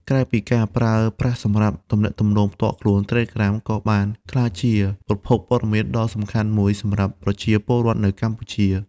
ក្រៅពីការប្រើប្រាស់សម្រាប់ទំនាក់ទំនងផ្ទាល់ខ្លួន Telegram ក៏បានក្លាយជា ប្រភពព័ត៌មានដ៏សំខាន់មួយ សម្រាប់ប្រជាពលរដ្ឋនៅកម្ពុជា។